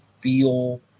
feel